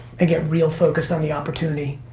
and get real focused on the opportunity.